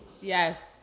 Yes